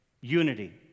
unity